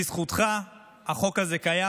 בזכותך החוק הזה קיים.